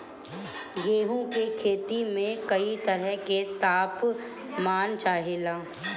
गेहू की खेती में कयी तरह के ताप मान चाहे ला